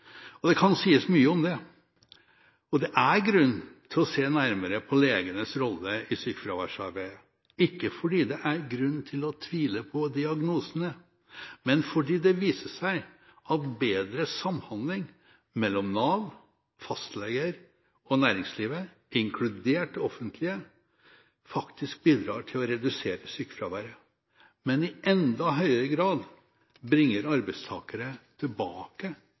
Det kan sies mye om det, og det er grunn til å se nærmere på legenes rolle i sykefraværsarbeidet – ikke fordi det er grunn til å tvile på diagnosene, men fordi det viser seg at bedre samhandling mellom Nav, fastleger og næringslivet, inkludert det offentlige, faktisk bidrar til å redusere sykefraværet. I enda høyere grad bringer dette arbeidstakere tilbake